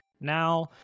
now